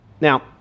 Now